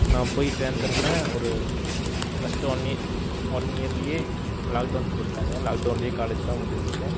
நான் போய் சேர்ந்திருந்தேன் ஒரு ஃபஸ்ட்டு ஒன் இ ஒன் இயர்லையே லாக்டவுன் போட்டுவிட்டாங்க லாக்டவுன்லையே காலேஜெலாம் முடிஞ்சிச்சு